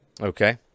Okay